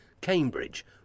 Cambridge